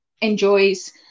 enjoys